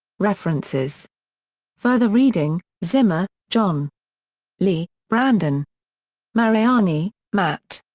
references further reading zimmer, jon lee, branden mariani, matt.